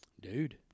Dude